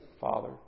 Father